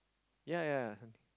yea yea yea